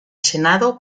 senado